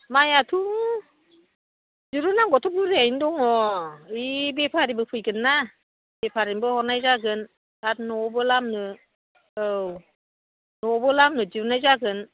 माइआथ' दिहुननांगौथ' बुरजायैनो दङ ओइ बेफारिबो फैगोन ना बेफारिनोबो हरनाय जागोन आरो न'आवबो लामनो औ न'आवबो लामनो दिहुननाय जागोन